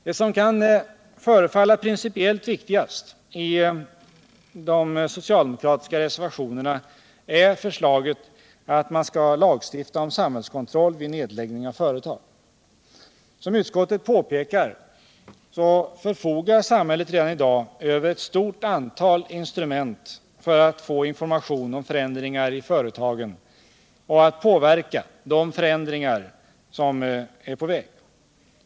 Det som kan förefalla principiellt viktigast i de socialdemokratiska reservationerna är förslaget att man skall lagstifta om samhällskontroll vid nedläggning av företag. Som utskottet påpekar förfogar samhället redan i dag över ett stort antal instrument för att få informationen om förändringar i företagen och för att påverka de förändringarna.